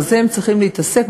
בזה הם צריכים להתעסק,